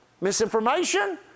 misinformation